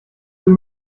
nous